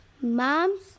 Mom's